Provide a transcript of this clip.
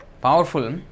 powerful